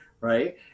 right